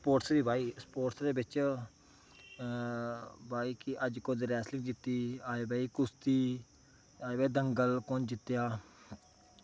sports दी भई sports दे बिच अज्ज भई कुस रैसलिंग जीती अज्ज कुश्ती दंगल कुन जित्तेआ